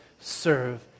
serve